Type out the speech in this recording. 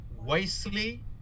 wisely